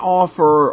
offer